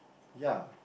ya